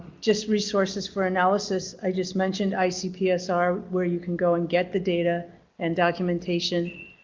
just resources for analysis, i just mentioned icpsr where you can go and get the data and documentation.